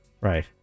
Right